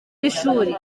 b’ishuri